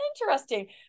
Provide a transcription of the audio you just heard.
interesting